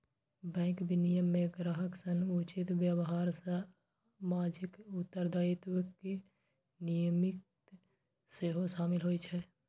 bank विनियमन मे ग्राहक सं उचित व्यवहार आ सामाजिक उत्तरदायित्वक नियम सेहो शामिल होइ छै